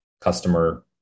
customer